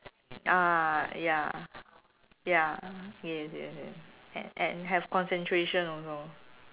ah ya ya ya yes yes yes and and have concentration also